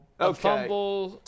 Okay